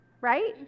right